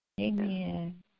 Amen